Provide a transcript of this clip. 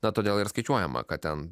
na todėl ir skaičiuojama kad ten